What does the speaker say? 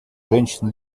женщин